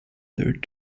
third